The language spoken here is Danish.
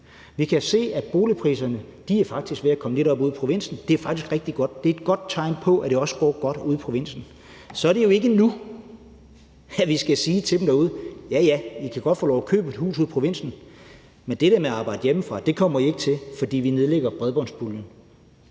Vi kan se, at boligpriserne faktisk er ved at komme lidt op ude i provinsen. Det er faktisk rigtig godt. Det er et tegn på, at det også går godt ude i provinsen. Så er det jo ikke nu, vi skal sige til dem derude: Ja, ja, I kan godt få lov at købe et hus ude i provinsen, men det der med at arbejde hjemmefra kommer I ikke til, for vi nedlægger bredbåndspuljen.